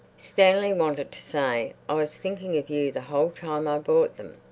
stanley wanted to say, i was thinking of you the whole time i bought them.